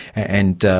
and